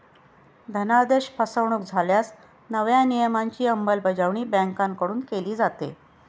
धनादेश फसवणुक झाल्यास नव्या नियमांची अंमलबजावणी बँकांकडून केली जाते